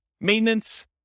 Maintenance